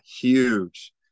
huge